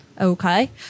Okay